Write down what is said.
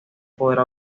podrá